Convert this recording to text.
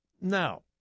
Now